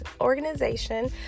organization